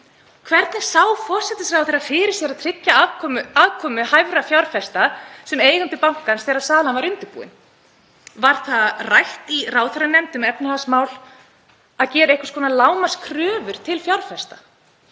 Hvernig sá forsætisráðherra fyrir sér að tryggja aðkomu hæfra fjárfesta sem eiganda bankans þegar salan var undirbúin? Var það rætt í ráðherranefnd um efnahagsmál að gera einhvers konar lágmarkskröfur til fjárfesta,